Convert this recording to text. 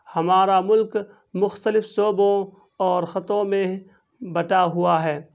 ہمارا ملک مختلف صوبوں اور خطوں میں بٹا ہوا ہے